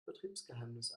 betriebsgeheimnis